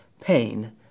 pain